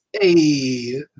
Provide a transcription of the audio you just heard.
Hey